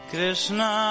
Krishna